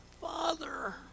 Father